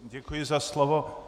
Děkuji za slovo.